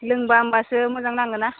लोंब्ला होमब्लासो मोजां नाङोना